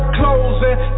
closing